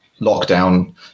lockdown